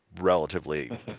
relatively